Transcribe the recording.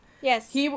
Yes